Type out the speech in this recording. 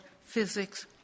Physics